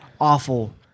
Awful